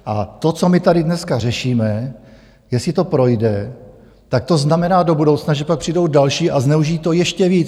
A to, co my tady dneska řešíme, jestli to projde, to znamená do budoucna, že pak přijdou další a zneužijí to ještě víc.